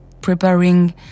preparing